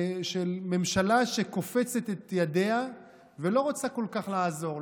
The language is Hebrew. ממשלה שקופצת את ידיה ולא רוצה כל כך לעזור,